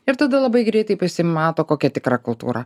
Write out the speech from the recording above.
ir tada labai greitai pasimato kokia tikra kultūra